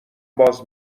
باز